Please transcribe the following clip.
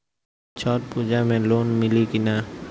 छठ पूजा मे लोन मिली की ना?